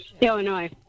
Illinois